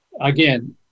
again